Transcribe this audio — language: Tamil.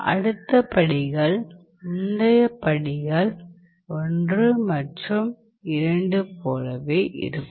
அடுத்த படிகள் முந்தைய படிகள் 1 மற்றும் 2 போலவே இருக்கும்